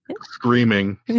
screaming